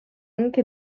anche